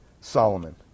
Solomon